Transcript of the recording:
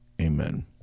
Amen